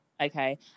Okay